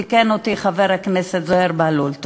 תיקן אותי חבר הכנסת זוהיר בהלול,